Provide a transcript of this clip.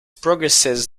progresses